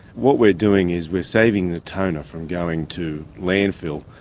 what we're doing is we are saving the toner from going to landfill.